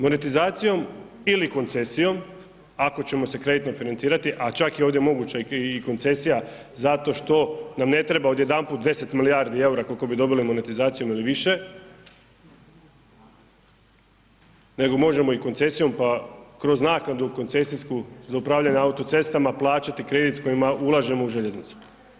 Monetizacijom ili koncesijom ako ćemo se kreditno financirati, a čak je ovdje moguća i koncesija zato što nam ne treba odjedanput 10 milijardi EUR—a koliko bi dobili monetizacijom ili više nego možemo i koncesijom pa kroz naknadu koncesijsku za upravljanje autocestama plaćati kredit s kojima ulažemo u željeznicu.